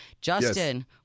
Justin